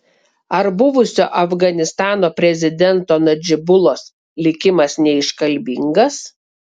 ar buvusio afganistano prezidento nadžibulos likimas neiškalbingas